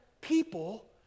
people